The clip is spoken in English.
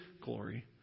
glory